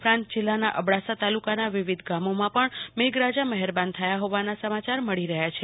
ઉપરાંત જિલ્લાના અબડાસા તાલુકાના વિવિધ ગામોમાં પણ મેઘરાજા મહેરબાન થયા હોવાના સમાચાર મળી રહ્યા છે